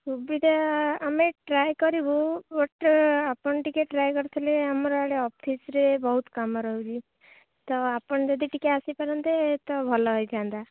ସୁବିଧା ଆମେ ଟ୍ରାଏ କରିବୁ ଗୋଟେ ଆପଣ ଟିକିଏ ଟ୍ରାଏ କରିଥିଲେ ଆମର ଆଡ଼େ ଅଫିସ୍ରେ ବହୁତ କାମ ରହୁଛି ତ ଆପଣ ଯଦି ଟିକିଏ ଆସିପାରନ୍ତେ ତ ଭଲ ହେଇଥାନ୍ତା